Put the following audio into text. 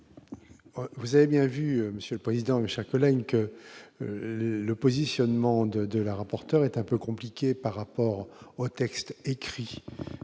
Vous avez bien vu, monsieur le président, chaque que le positionnement de de la rapporterait est un peu compliqué par rapport au texte écrit